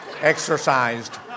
exercised